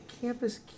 campus